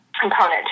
component